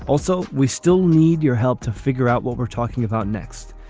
also, we still need your help to figure out what we're talking about. next,